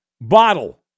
bottle